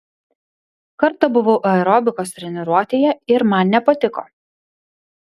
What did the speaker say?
kartą buvau aerobikos treniruotėje ir man nepatiko